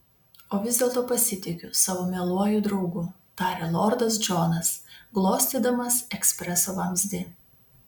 o vis dėlto pasitikiu savo mieluoju draugu tarė lordas džonas glostydamas ekspreso vamzdį